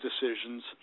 decisions